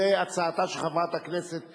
זו הצעתה של חברת הכנסת שמטוב,